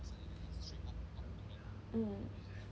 mm